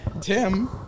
Tim